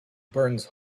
burns